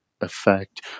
effect